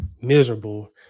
miserable